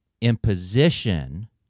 imposition